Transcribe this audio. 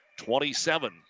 27